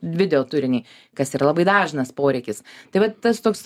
video turinį kas yra labai dažnas poreikis tai vat tas toks